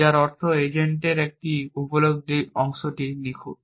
যার অর্থ এজেন্টের এই উপলব্ধি অংশটি নিখুঁত